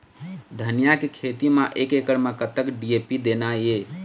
धनिया के खेती म एक एकड़ म कतक डी.ए.पी देना ये?